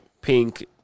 Pink